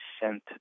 sent